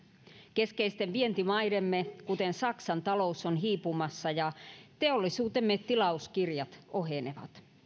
keskeisten vientimaidemme kuten saksan talous on hiipumassa ja teollisuutemme tilauskirjat ohenevat